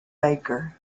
baker